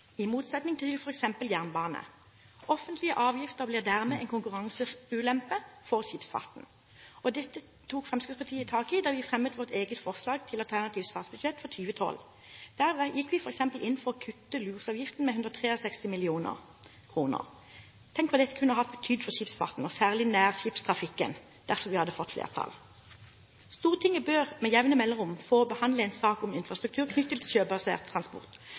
i stor grad brukerfinansiert, i motsetning til f.eks. jernbanen. Offentlige avgifter blir dermed en konkurranseulempe for skipsfarten. Dette tok Fremskrittspartiet tak i da vi fremmet vårt eget forslag til alternativt statsbudsjett for 2012. Der gikk vi f.eks. inn for å kutte losavgiften med 163 mill. kr. Tenk hva dette kunne ha betydd for skipsfarten, og særlig nærskipstrafikken, dersom vi hadde fått flertall! Stortinget bør med jevne mellomrom få behandle en sak om infrastruktur knyttet til sjøbasert transport,